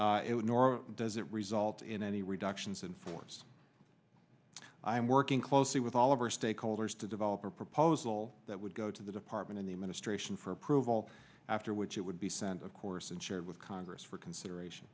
nor does it result in any reductions in force i am working closely with all of our stakeholders to develop a proposal that would go to the department and the administration for approval after which it would be sent of course and shared with congress for consideration